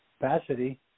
capacity